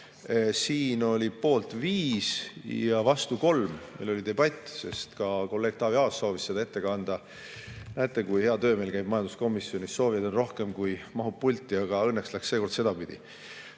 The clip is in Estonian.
Siin olid poolt 5 ja vastu 3. Meil oli debatt, sest ka kolleeg Taavi Aas soovis seda ette kanda. Näete, kui hea töö meil majanduskomisjonis käib, soovijaid on rohkem, kui mahub pulti, aga õnneks läks seekord sedapidi.